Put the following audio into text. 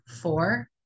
four